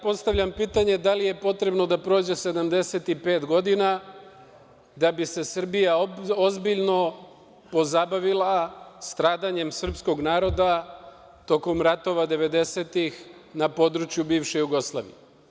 Postavljam pitanje - da li je potrebno da prođe 75 godina da bi se Srbija ozbiljno pozabavila stradanjem srpskog naroda tokom ratova 90-ih na području bivše Jugoslavije?